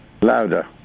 Louder